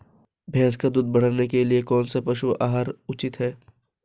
भैंस का दूध बढ़ाने के लिए कौनसा पशु आहार उचित है?